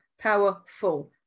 powerful